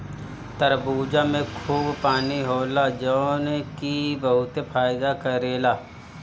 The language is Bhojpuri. तरबूजा में खूब पानी होला जवन की बहुते फायदा करेला